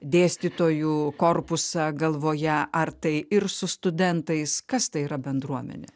dėstytojų korpusą galvoje ar tai ir su studentais kas tai yra bendruomenė